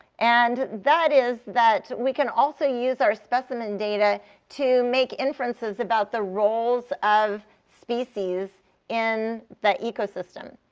and that is that we can also use our specimen and data to make inferences about the roles of species in the ecosystem.